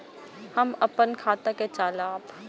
हम अपन खाता के चलाब?